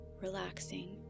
relaxing